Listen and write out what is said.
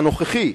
הנוכחי,